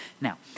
now